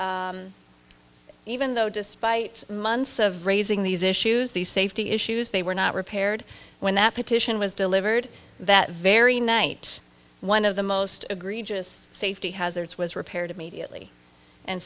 even though despite months of raising these issues these safety issues they were not repaired when that petition was delivered that very night one of the most egregious safety hazards was repaired immediately and